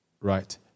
right